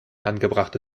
angebrachte